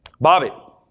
Bobby